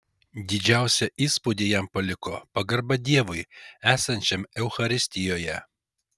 didžiausią įspūdį jam paliko pagarba dievui esančiam eucharistijoje